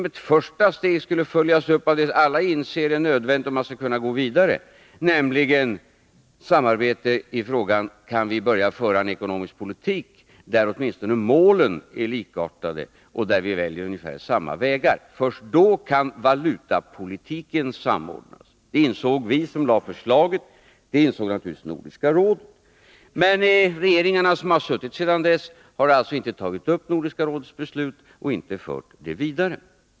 Detta första steg måste följas upp av ett andra steg som alla inser vara nödvändigt för att man skall kunna gå vidare, nämligen samarbete i frågan om man kan börja föra en ekonomisk politik där åtminstone målen är likartade och där man väljer ungefär samma vägar. Först då kan valutapolitiken samordnas. Det insåg vi som framlade förslaget, och det insåg naturligtvis Nordiska rådet. Men de regeringar som suttit sedan dess har alltså inte tagit upp Nordiska rådets beslut och fört saken vidare.